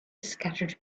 scattered